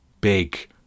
big